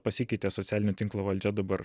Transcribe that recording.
pasikeitė socialinio tinklo valdžia dabar